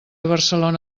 barcelona